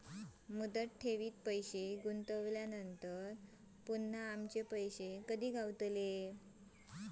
मुदत ठेवीत पैसे गुंतवल्यानंतर पुन्हा कधी आमचे पैसे गावतले?